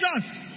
Jesus